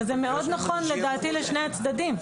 אבל זה מאוד נכון לדעתי לשני הצדדים,